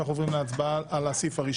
אנחנו עוברים להצבעה על פטור מחובת הנחה לגבי